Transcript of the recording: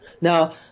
Now